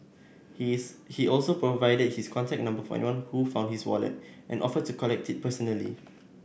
his he also provided his contact number for anyone who found his wallet and offered to collect it personally